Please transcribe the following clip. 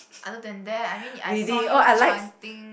other than that I mean I saw you chanting